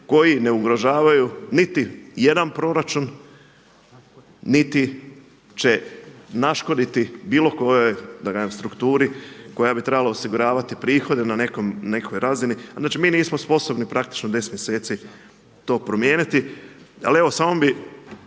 koji ne ugrožavaju niti jedan proračun niti će naškoditi bilo kojoj da kažem strukturi koja bi trebala osiguravati prihode na nekoj razini. Znači mi nismo sposobni praktično 10 mjeseci to promijeniti. Ali evo, samo bih